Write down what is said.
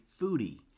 foodie